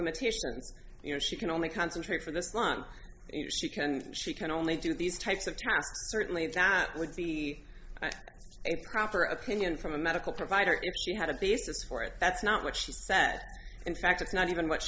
limitations you know she can only concentrate for this month she can and she can only do these types of tasks certainly that would be a proper opinion from a medical provider if she had a basis for it that's not what she said in fact it's not even what